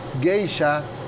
geisha